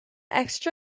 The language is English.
extra